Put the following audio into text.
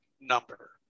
number